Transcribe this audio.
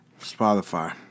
spotify